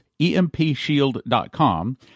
EMPShield.com